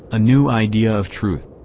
a new idea of truth.